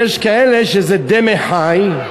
ויש כאלה שזה דמה-חי,